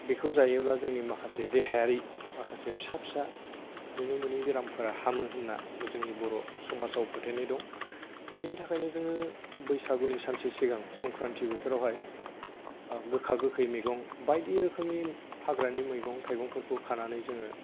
बेखौ जायोब्ला जोंनि माखासे देहायारि माखासे फिसा फिसा नुनो मोनै बेरामफोरा हामो होनना जोंनि बर' समाजाव फोथायनाय दं बेनि थाखायनो जोङो बैसागुनि सानसे सिगां संक्रान्ति बोथोरावहाय गोखा गोखै मैगं बायदि रोखोमनि हाग्रानि मैगं थाइगंफोरखौ खानानै जोङो